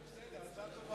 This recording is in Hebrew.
בסדר.